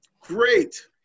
Great